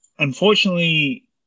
Unfortunately